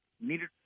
needed